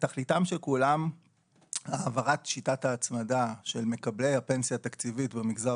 תכליתם של כולם העברת שיטת ההצמדה של מקבלי הפנסיה התקציבית במגזר